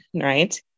right